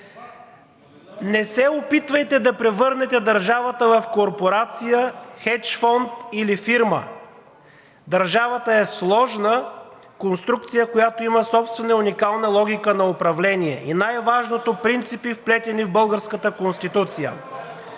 Не се опитвайте да превърнете държавата в корпорация, хедж фонд или фирма. Държавата е сложна конструкция, която има собствена и уникална логика на управление, и най-важното – принципи, вплетени в българската Конституция,